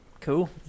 Cool